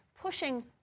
pushing